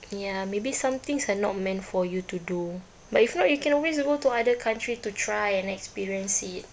ya maybe some things are not meant for you to do but if not you can always go to other country to try and experience it